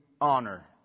honor